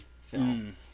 film